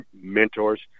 mentors